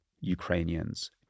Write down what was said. Ukrainians